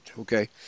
okay